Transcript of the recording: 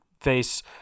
face